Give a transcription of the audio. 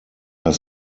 are